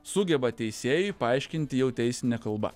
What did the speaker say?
sugeba teisėjui paaiškinti jau teisine kalba